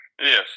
Yes